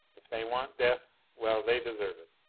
if they want death, well, they deserve it.